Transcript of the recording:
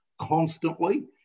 constantly